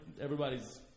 Everybody's